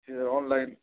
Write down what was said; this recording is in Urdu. G sir on line